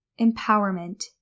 empowerment